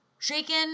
Shaken